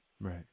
Right